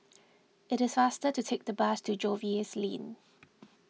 it is faster to take the bus to Jervois Lane